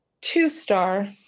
Two-star